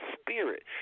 spirit